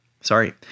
Sorry